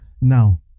Now